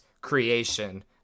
creation